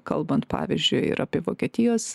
kalbant pavyzdžiui ir apie vokietijos